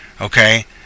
okay